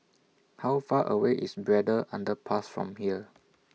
How Far away IS Braddell Underpass from here